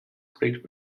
great